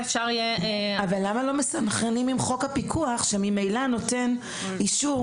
למה לא מסנכרנים עם חוק הפיקוח שממילא נותן אישור